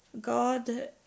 God